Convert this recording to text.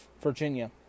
Virginia